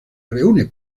reúne